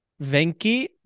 Venki